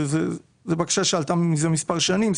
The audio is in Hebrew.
זו בקשה שעלתה לפני מספר שנים.